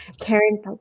Karen